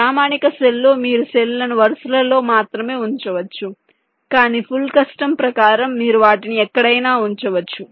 ప్రామాణిక సెల్లో మీరు సెల్ లను వరుసలలో మాత్రమే ఉంచవచ్చు కానీ ఫుల్ కస్టమ్ ప్రకారం మీరు వాటిని ఎక్కడైనా ఉంచవచ్చు